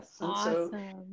Awesome